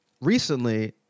recently